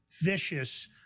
vicious